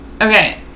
okay